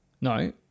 No